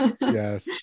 Yes